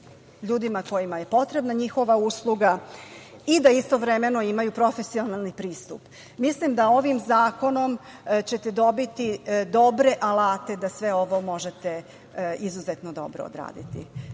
ljudima kojima je potrebna njihova usluga i da istovremeno imaju profesionalni pristup. Mislim da ćete ovim zakonom dobiti dobre alate da sve ovo možete izuzetno dobro odraditi. Još